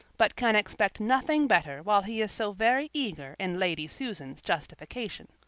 but can expect nothing better while he is so very eager in lady susan's justification.